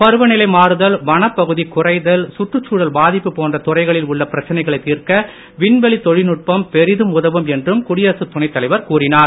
பருவநிலை மாறுதல் வனப்பகுதி குறைதல் சுற்றுச்சூழல் பாதிப்பு போன்ற துறைகளில் உள்ள பிரச்சனைகளை தீர்க்க வின்வெளி தொழில்நுட்பம் பெரிதும் உதவும் என்றும் குடியரசு துணைத்தலைவர் கூறினார்